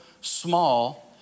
small